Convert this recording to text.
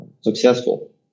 successful